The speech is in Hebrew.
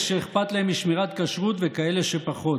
שאתם הגעתם, גאוני הפיוס.